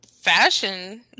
fashion